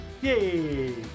Yay